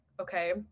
okay